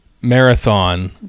marathon